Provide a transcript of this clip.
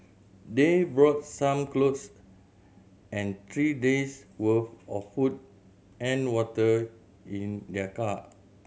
they brought some cloth and three days' worth of food and water in their car